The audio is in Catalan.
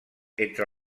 entre